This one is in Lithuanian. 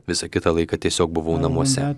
visą kitą laiką tiesiog buvau namuose